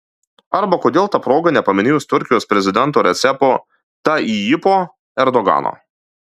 arba kodėl ta proga nepaminėjus turkijos prezidento recepo tayyipo erdogano